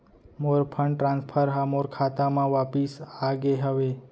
मोर fund transfer हा मोर खाता मा वापिस आ गे हवे